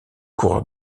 coureurs